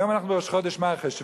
היום אנחנו בראש חודש מרחשוון.